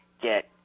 get